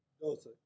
Dose